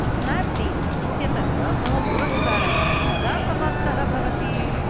स्नाप्डील् इत्यतः मम पुरस्कारः कदा समाप्तः भवति